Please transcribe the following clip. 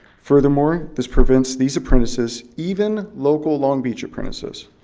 furthermore, this prevents these apprentices, even local long beach apprentices,